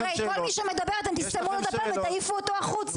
הרי כל מי שמדבר אתם תסתמו לו את הפה ותעיפו אותו החוצה,